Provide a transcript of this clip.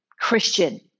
Christian